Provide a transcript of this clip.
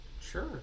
Sure